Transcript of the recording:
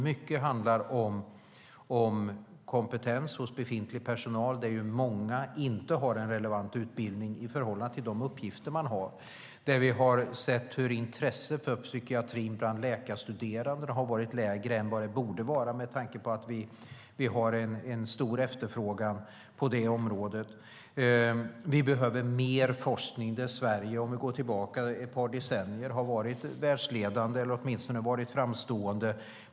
Mycket handlar nämligen om kompetens hos befintlig personal, där många inte har en relevant utbildning i förhållande till de uppgifter de har och där vi har sett hur intresset för psykiatrin bland läkarstuderande har varit lägre än det borde vara med tanke på att vi har en stor efterfrågan på det området. Vi behöver även mer forskning. Sverige har, om vi går tillbaka ett par decennier, varit världsledande eller åtminstone framstående.